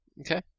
Okay